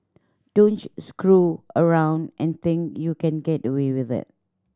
don't screw around and think you can get away with it